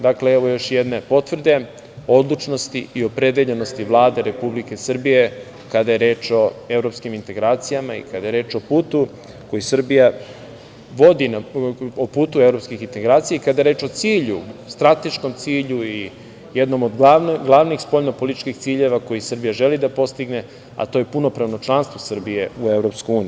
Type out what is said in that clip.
Dakle, evo još jedne potvrde o odlučnosti i opredeljenosti Vlade Republike Srbije kada je reč o evropskim integracijama i kada je reč o putu koji Srbija vodi i kada je reč o strateškom cilju i jednog od glavnih spoljnopolitičkih ciljeva koji Srbija želi da postigne, a to je punopravno članstvo Republike Srbije u EU.